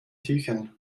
tüchern